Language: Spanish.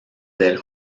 del